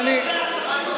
מה זה קשור אחד לשני?